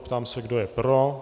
Ptám se, kdo je pro.